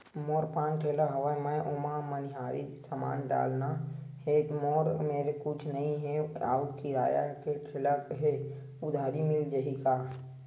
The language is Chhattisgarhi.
मोर पान ठेला हवय मैं ओमा मनिहारी समान डालना हे मोर मेर कुछ नई हे आऊ किराए के ठेला हे उधारी मिल जहीं का?